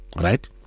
Right